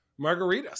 margaritas